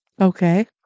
Okay